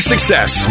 Success